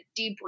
debrief